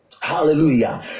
Hallelujah